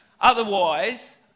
Otherwise